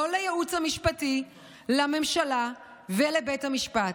לא לייעוץ המשפטי לממשלה ולא לבית המשפט.